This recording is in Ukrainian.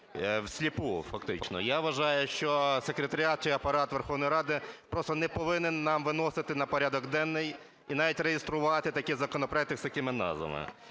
Я вважаю, що секретаріат чи Апарат Верховної Ради просто не повинен нам виносити на порядок денний, і навіть реєструвати такі законопроекти з такими назвами.